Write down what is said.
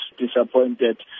disappointed